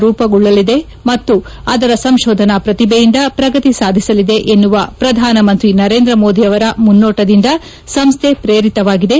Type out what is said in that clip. ರೂಪುಗೊಳ್ಳಲಿದೆ ಮತ್ತು ಅದರ ಸಂಶೋಧನಾ ಪ್ರತಿಭೆಯಿಂದ ಪ್ರಗತಿ ಸಾಧಿಸಲಿದೆ ಎನ್ನುವ ಪ್ರಧಾನಮಂತಿ ನರೇಂದ ಮೋದಿಯವರ ಮುನ್ನೋಟದಿಂದ ಸಂಸ್ತೆ ಪ್ರೇರಿತವಾಗಿದೆ